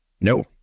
No